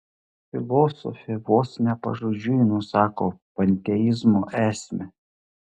filosofė vos ne pažodžiui nusako panteizmo esmę